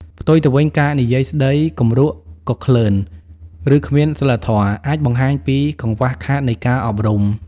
ផ្ទុយទៅវិញ ការនិយាយស្តីគម្រក់គគ្លើន ឬគ្មានសីលធម៌ អាចបង្ហាញពីកង្វះខាតនៃការអប់រំ។